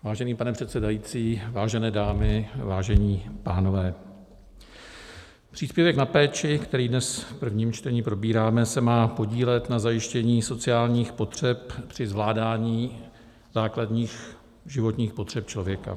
Vážený pane předsedající, vážené dámy, vážení pánové, příspěvek na péči, který dnes v prvním čtení probíráme, se má podílet na zajištění sociálních potřeb při zvládání základních životních potřeb člověka.